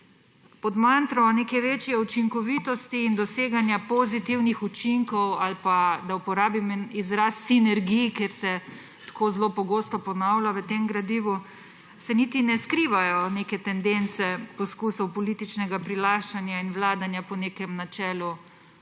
Pod mantro neke večje učinkovitosti in doseganja pozitivnih učinkov ali pa, da uporabim en izraz, sinergij, ker se tako zelo pogosto ponavlja v tem gradivu, se niti ne skrivajo neke tendence poskusov političnega prilaščanja in vladanja po nekem načelu,